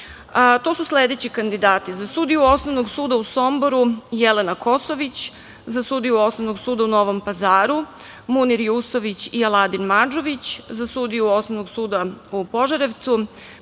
To su sledeći kandidati: za sudiju Osnovnog suda u Somboru – Jelena Kosović, za sudiju Osnovnog suda u Novom Pazaru – Munir Jusović i Aladin Madžović, za sudiju Osnovnog suda u Požarevcu